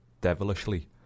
devilishly